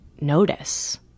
notice